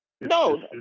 No